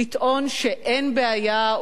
לטעון שאין בעיה,